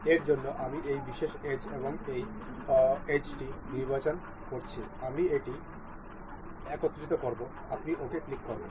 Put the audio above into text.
এর জন্য আমি এই বিশেষ এজ এবং এই এজটি নির্বাচন করছি আমি এটি একত্রিত করব আপনি OK ক্লিক করবেন